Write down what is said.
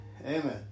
Amen